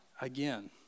again